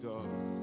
God